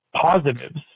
positives